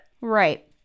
right